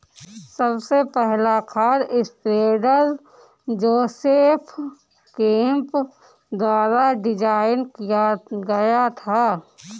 सबसे पहला खाद स्प्रेडर जोसेफ केम्प द्वारा डिजाइन किया गया था